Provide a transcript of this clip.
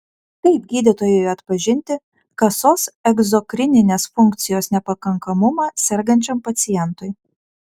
kaip gydytojui atpažinti kasos egzokrininės funkcijos nepakankamumą sergančiam pacientui